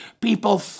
people